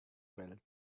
welt